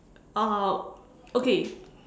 uh okay